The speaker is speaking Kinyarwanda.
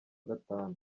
gatanu